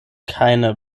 keine